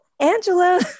Angela